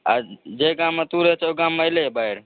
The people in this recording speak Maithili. जे गाममे तू रहै छल ओहि गाममे एलै हँ बाढि